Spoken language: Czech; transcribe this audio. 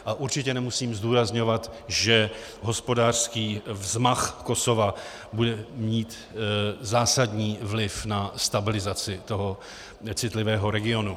A určitě nemusím zdůrazňovat, že hospodářský vzmach Kosova bude mít zásadní vliv na stabilizaci tohoto citlivého regionu.